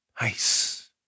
nice